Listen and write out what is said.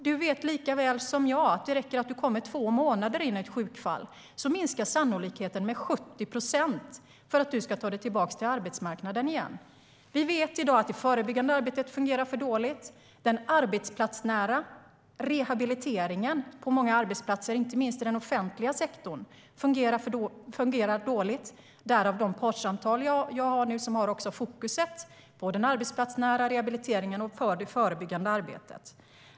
Du vet lika väl som jag, Johan Forssell, att det räcker att komma två månader in i ett sjukfall för att sannolikheten för att man ta sig tillbaka till arbetsmarknaden igen ska minska med 70 procent. Vi vet i dag att det förebyggande arbetet fungerar för dåligt. Den arbetsplatsnära rehabiliteringen på många arbetsplatser, inte minst i den offentliga sektorn, fungerar dåligt; därav de partssamtal jag har nu. Dessa har fokus på den arbetsplatsnära rehabiliteringen och det förebyggande arbetet.